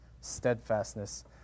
steadfastness